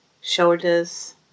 shoulders